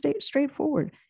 straightforward